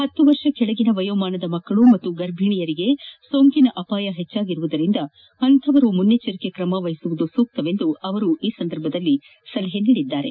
ಹತ್ತು ವರ್ಷ ಕೆಳಗಿನ ವಯೋಮಾನದ ಮಕ್ಕಳು ಹಾಗೂ ಗರ್ಭಿಣಿ ಮಹಿಳೆಯರಿಗೆ ಸೋಂಕಿನ ಅಪಾಯ ಹೆಚ್ಚರುವುದರಿಂದ ಅಂತಹವರು ಮುಂಜಾಗ್ರತಾ ಕ್ರಮ ವಹಿಸುವುದು ಸೂಕ್ತವೆಂದು ಅವರು ಈ ಸಂದರ್ಭದಲ್ಲಿ ಸಲಹೆ ನೀಡಿದರು